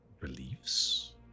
reliefs